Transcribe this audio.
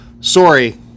Sorry